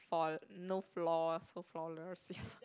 faw~ no flaws so flawless yes